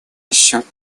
счет